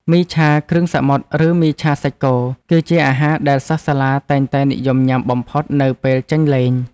មីឆាគ្រឿងសមុទ្រឬមីឆាសាច់គោគឺជាអាហារដែលសិស្សសាលាតែងតែនិយមញ៉ាំបំផុតនៅពេលចេញលេង។